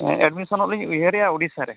admission ᱞᱤᱧ ᱩᱭᱦᱟᱹᱨᱮᱜᱼᱟ ᱳᱰᱤᱥᱟ ᱨᱮ